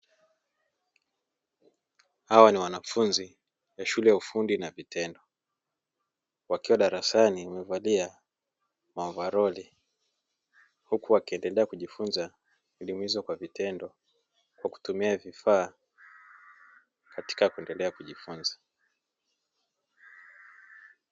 Hawa ni wanafunzi wa shule ya ufundi na vitendo, wakiwa darasani wamevalia maovaroli, huku wakiendelea kujifunza elimu hizo kwa vitendo, kwa kutumia vifaa katika kuendelea kujifunza.